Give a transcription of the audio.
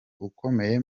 ukomeye